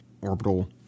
orbital